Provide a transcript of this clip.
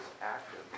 active